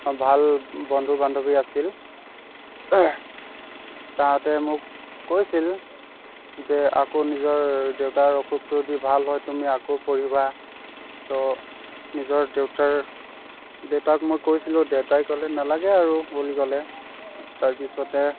ভাল বন্ধু বান্ধবী আছিল তাহাঁতে মোক কৈছিল যে আকৌ নিজৰ দেউতাৰ অসুখটো যদি ভাল হয় তুমি আকৌ পঢ়িবা ত নিজৰ দেউতাৰ দেউতাক মই কৈছিলো দেউতাই ক'লে নালাগে আৰু বুলি ক'লে তাৰপিছতে